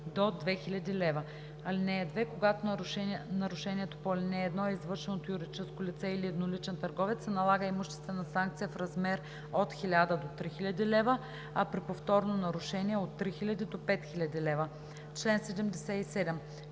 лв.; (2) Когато нарушението по ал. 1 е извършено от юридическо лице или едноличен търговец, се налага имуществена санкция в размер от 1000 до 3000 лв., а при повторно нарушение от 3000 до 5000 лв.“